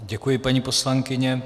Děkuji, paní poslankyně.